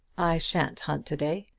i shan't hunt to-day.